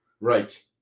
Right